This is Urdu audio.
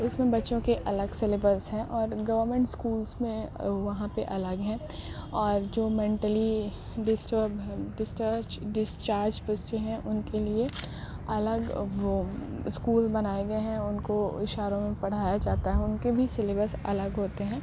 اس میں بچوں کے الگ سلیبس ہیں اور گورمنٹ اسکولس میں وہاں پہ الگ ہیں اور جو منٹلی ڈسٹرپ ڈسٹرپ ڈسچارج بچے ہیں ان کے لیے الگ وہ اسکول بنائے گئے ہیں ان کو اشاروں میں پڑھایا جاتا ہے ان کے بھی سلیبس الگ ہوتے ہیں